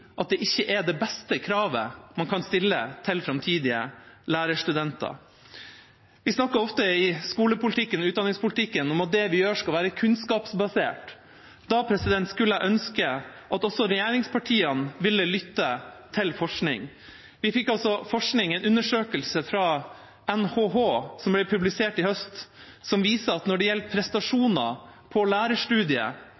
fordi det ikke er det beste kravet man kan stille til framtidige lærerstudenter. Vi snakker ofte i skolepolitikken og utdanningspolitikken om at det vi gjør, skal være kunnskapsbasert. Da skulle jeg ønske at også regjeringspartiene ville lytte til forskning. En undersøkelse fra NHH som ble publisert i høst, viser at når det gjelder